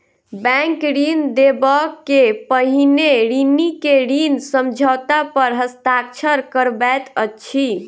bank ऋण देबअ के पहिने ऋणी के ऋण समझौता पर हस्ताक्षर करबैत अछि